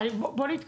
מירב בן ארי,